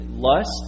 lust